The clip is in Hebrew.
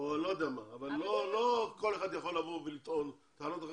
לא כל אחד יכול לבוא ולטעון לעלות,